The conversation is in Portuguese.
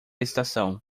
estação